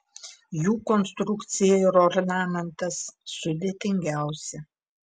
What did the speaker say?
jų konstrukcija ir ornamentas sudėtingiausi